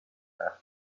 half